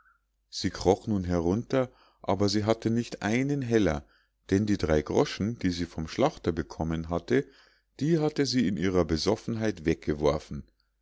sie kroch nun herunter aber sie hatte nicht einen heller denn die drei groschen die sie vom schlachter bekommen hatte die hatte sie in ihrer besoffenheit weggeworfen